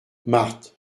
marthe